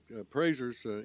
appraisers